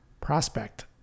Prospect